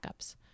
Backups